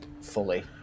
Fully